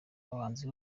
abahanzi